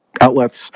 outlets